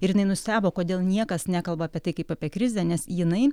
ir jinai nenustebo kodėl niekas nekalba apie tai kaip apie krizę nes jinai